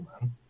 man